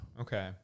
Okay